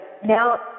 Now